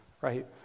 right